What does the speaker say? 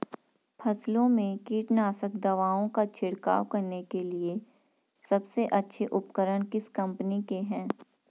फसलों में कीटनाशक दवाओं का छिड़काव करने के लिए सबसे अच्छे उपकरण किस कंपनी के हैं?